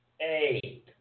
Eight